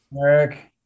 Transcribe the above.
Eric